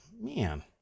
man